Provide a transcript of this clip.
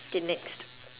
okay next